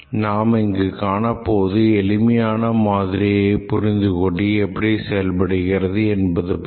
நாம் இங்கு காணப்போவது எளிமையான மாதிரியை புரிந்து கொண்டு எப்படி செயல்படுகிறது என்பது பற்றி